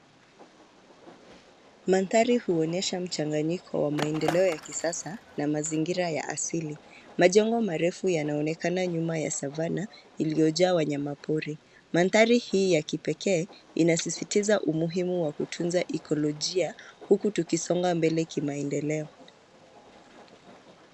Mandhari huonyesha mchanganyiko wa maendeleo ya kisasa na mazingira ya asili. Majengo marefu yanaonekana nyuma ya savana iliyojaa wanyama pori. Mandhari hii ya kipekee inasisitiza umuhimu wa kutunza ikolojia huku tukisonga mbele kimaendeleo.